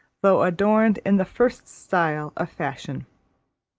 though adorned in the first style of fashion.